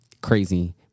crazy